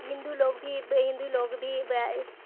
ہندو لوگ بھی ہندو لوگ بھی